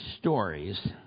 stories